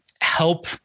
help